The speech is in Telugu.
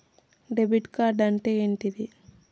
డెబిట్ కార్డ్ అంటే ఏంటిది?